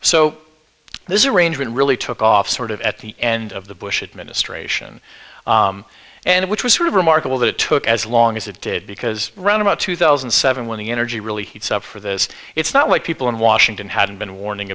there's a range in really took off sort of at the end of the bush administration and which was sort of remarkable that it took as long as it did because round about two thousand and seven when the energy really heats up for this it's not like people in washington hadn't been warning